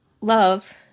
love